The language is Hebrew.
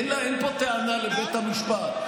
אין פה טענה לבית המשפט.